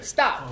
Stop